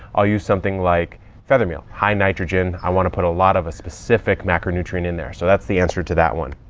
i'll use something like feather meal, high nitrogen. i want to put a lot of a specific macronutrient in there. so that's the answer to that one.